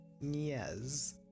Yes